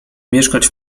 mieszkać